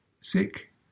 sick